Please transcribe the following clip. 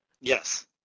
Yes